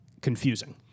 confusing